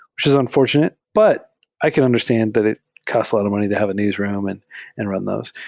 which is unfortunate, but i can understand that it costs a lot of money to have a newsroom and and run those.